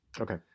Okay